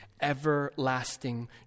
everlasting